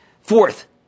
Fourth